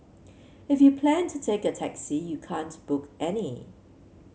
if you plan to take a taxi you can't book any